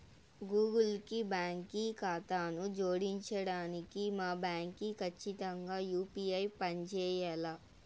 Google కి బాంకీ కాతాను జోడించడానికి మా బాంకీ కచ్చితంగా యూ.పీ.ఐ పంజేయాల్ల